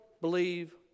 believe